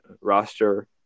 roster